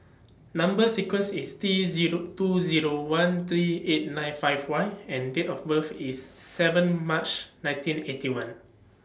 Number sequence IS T Zero two Zero one three eight nine five Y and Date of birth IS seven March nineteen Eighty One